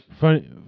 Funny